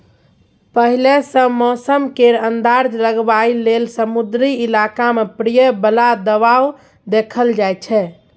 पहिले सँ मौसम केर अंदाज लगाबइ लेल समुद्री इलाका मे परय बला दबाव देखल जाइ छै